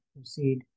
proceed